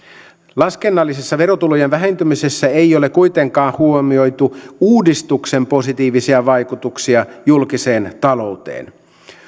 laskennallisessa verotulojen vähentymisessä ei ole kuitenkaan huomioitu uudistuksen positiivisia vaikutuksia julkiseen talouteen